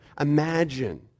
imagine